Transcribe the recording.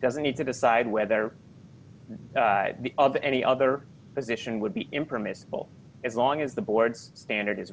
doesn't need to decide whether it be of any other position would be impermissible as long as the board standard is